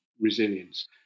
resilience